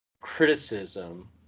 criticism